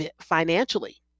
financially